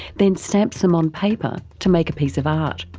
then stamps them on paper to make a piece of art.